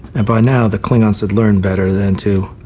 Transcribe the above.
and by now, the klingons had learned better than to.